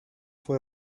fue